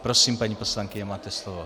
Prosím, paní poslankyně, máte slovo.